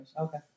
Okay